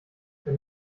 wenn